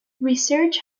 research